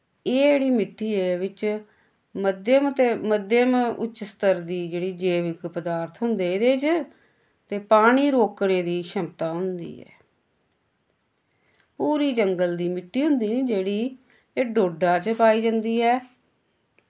एह् जेह्ड़ी मिट्टी ऐ विच मध्यम ते मध्यम उच्च स्तर दी जेह्ड़ी जेविक पदार्थ होंदे एह्दे च ते पानी रोकने दी शमता होंदी ऐ भूरी जंगल दी मिट्टी होंदी निं जेह्ड़ी एह् डोडा च पाई जंदी ऐ